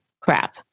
crap